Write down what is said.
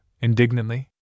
indignantly